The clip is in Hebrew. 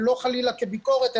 ולא חלילה כביקורת,